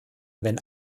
wenn